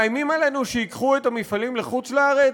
מאיימים עלינו שייקחו את המפעלים לחוץ-לארץ?